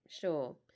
sure